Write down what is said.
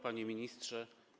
Panie Ministrze!